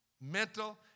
mental